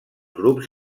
grups